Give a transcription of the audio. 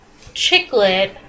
chiclet